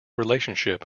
relationship